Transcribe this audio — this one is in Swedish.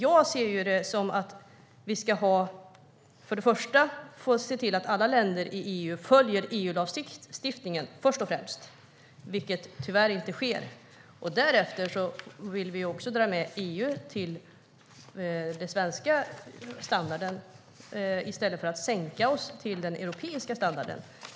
Jag ser det så att vi först och främst ska se till att alla länder i EU följer EUlagstiftningen, vilket tyvärr inte sker. Därefter vill vi dra med EU till den svenska standarden i stället för att sänka oss till den europeiska standarden.